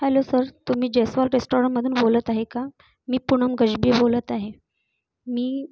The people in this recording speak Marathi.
हॅलो सर तुम्ही जयस्वाल रेस्टोरंटमधून बोलत आहे का मी पूनम गजबे बोलत आहे मी